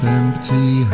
empty